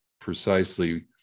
precisely